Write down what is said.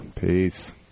Peace